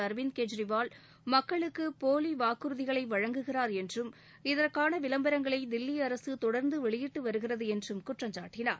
அர்விந்த் கெஜ்ரிவால் மக்களுக்கு போலி வாக்குறதிகளை வழங்குகிறார் என்றும் இதற்காக விளம்பரங்களை தில்லி அரசு தொடர்ந்து வெளியிட்டு வருகிறது என்றும் குற்றம் சாட்டினார்